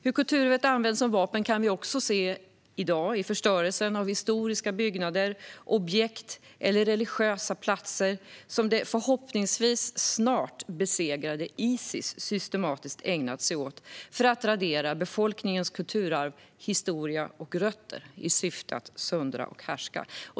Hur kulturarvet används som vapen kan vi i dag också se i förstörelsen av historiska byggnader, objekt eller religiösa platser som det förhoppningsvis snart besegrade Isis systematiskt har ägnat sig åt för att radera befolkningens kulturarv, historia och rötter i syfte att söndra och härska.